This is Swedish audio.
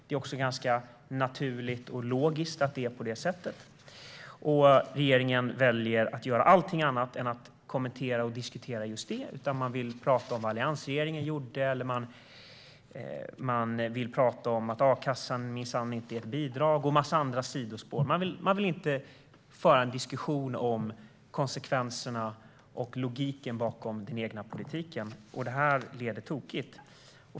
Det är också naturligt och logiskt att det är så. Regeringen väljer att göra allt annat än att kommentera och diskutera frågan. Man vill i stället prata om vad alliansregeringen gjorde, att a-kassan minsann inte är ett bidrag eller om en massa andra sidospår. Man vill inte föra en diskussion om konsekvenserna och logiken bakom den egna politiken. Det leder tokigt.